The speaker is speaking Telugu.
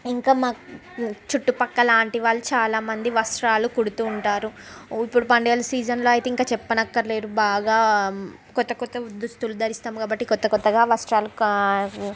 ఇంకా మాకు చుట్టు ప్రక్క ఆంటీ వాళ్ళు చాలా మంది వస్త్రాలు కుడుతూ ఉంటారు ఇప్పుడు పండగల సీజన్లో అయితే ఇంకా చెప్పనక్కర్లేదు బాగా క్రొత్త క్రొత్త దుస్తులు ధరిస్తాము కాబట్టి క్రొత్త క్రొత్తగా వస్త్రాలు కా